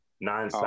nine